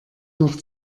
noch